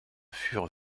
furent